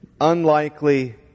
unlikely